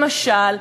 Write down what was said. למשל,